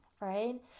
right